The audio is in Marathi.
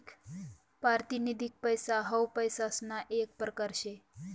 पारतिनिधिक पैसा हाऊ पैसासना येक परकार शे